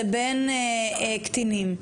לבין קטינים.